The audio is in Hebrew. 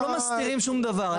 אנחנו לא מסתירים שום דבר,